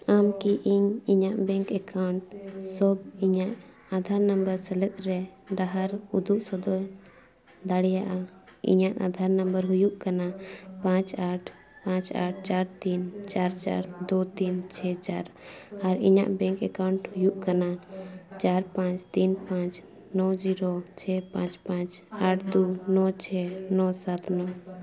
ᱟᱢ ᱠᱤ ᱤᱧ ᱤᱧᱟᱹᱜ ᱵᱮᱝᱠ ᱮᱠᱟᱣᱩᱱᱴ ᱥᱚᱵ ᱤᱧᱟᱹᱜ ᱟᱫᱷᱟᱨ ᱱᱟᱢᱵᱟᱨ ᱥᱮᱞᱮᱫ ᱨᱮ ᱰᱟᱦᱥᱨ ᱩᱫᱩᱜ ᱥᱚᱫᱚᱨ ᱫᱟᱲᱮᱭᱟᱜᱼᱟ ᱤᱧᱟᱹᱜ ᱟᱫᱷᱟᱨ ᱱᱟᱢᱵᱟᱨ ᱦᱩᱭᱩᱜ ᱠᱟᱱᱟ ᱯᱟᱸᱪ ᱟᱴ ᱯᱟᱸᱪ ᱪᱟᱨ ᱛᱤᱱ ᱪᱟᱨ ᱪᱟᱨ ᱫᱩ ᱛᱤᱱ ᱪᱷᱚᱭ ᱪᱟᱨ ᱟᱨ ᱤᱧᱟᱹᱜ ᱵᱮᱝᱠ ᱮᱠᱟᱣᱩᱱᱴ ᱦᱩᱭᱩᱜ ᱠᱟᱱᱟ ᱪᱟᱨ ᱯᱟᱸᱪ ᱛᱤᱱ ᱯᱟᱸᱪ ᱱᱚ ᱡᱤᱨᱳ ᱪᱷᱚᱭ ᱯᱟᱸᱪ ᱯᱟᱸᱪ ᱟᱴ ᱫᱩ ᱱᱚ ᱪᱷᱚᱭ ᱱᱚ ᱥᱟᱛ ᱱᱚ